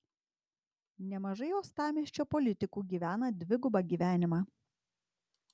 nemažai uostamiesčio politikų gyvena dvigubą gyvenimą